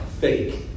fake